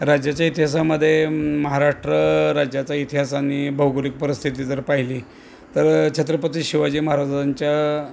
राज्याच्या इतिहासामध्ये महाराष्ट्र राज्याच्या इतिहासानी भौगोलिक परिस्थिती जर पाहिली तर छत्रपती शिवाजी महाराजांच्या